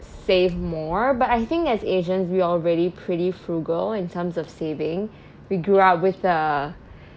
save more but I think as asians we're already pretty frugal in terms of saving we grew up with the